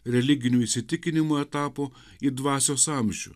religinių įsitikinimų etapo į dvasios amžių